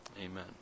Amen